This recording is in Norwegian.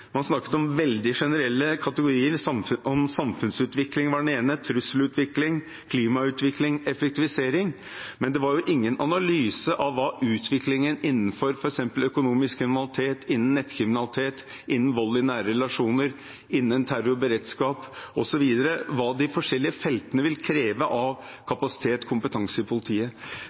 Man snakket om veldig generelle kategorier – samfunnsutvikling, trusselutvikling, klimautvikling, effektivisering – men det var ingen analyse av utviklingen innenfor f.eks. økonomisk kriminalitet, innen nettkriminalitet, innen vold i nære relasjoner, innen terror og beredskap osv., og av hva de forskjellige feltene vil kreve av kapasitet og kompetanse i politiet.